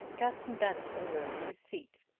captain bannister rose to his feet.